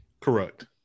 Correct